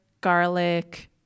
garlic